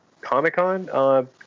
Comic-Con